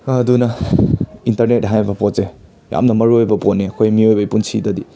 ꯑꯗꯨꯅ ꯏꯟꯇꯔꯅꯦꯠ ꯍꯥꯏꯕ ꯄꯣꯠꯁꯦ ꯌꯥꯝꯅ ꯃꯔꯨ ꯑꯣꯏꯕ ꯄꯣꯠꯅꯤ ꯑꯩꯈꯣꯏ ꯃꯤꯌꯣꯏꯕꯩ ꯄꯨꯟꯁꯤꯗꯗꯤ